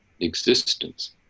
existence